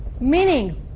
Meaning